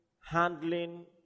handling